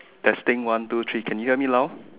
testing one two three can you hear me now